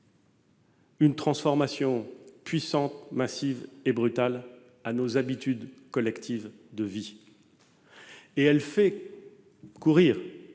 une transformation puissante, massive et brutale de nos habitudes collectives de vie. Elle fait courir